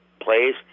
plays